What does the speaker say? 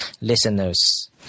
listeners